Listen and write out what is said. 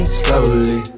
slowly